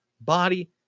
body